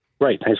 right